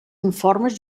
informes